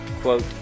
Quote